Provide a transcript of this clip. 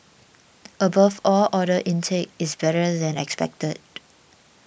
above all order intake is better than expected